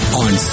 on